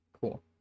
cool